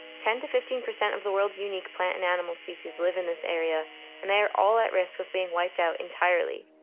ten to fifteen percent of the world's unique plant and animal species live in this area and they are all at risk of being wiped out entirely.